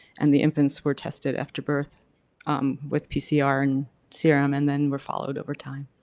and the infants were tested after birth with pcr and serum and then were followed over time.